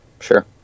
Sure